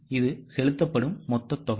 இது செலுத்தப்படும் மொத்தத் தொகை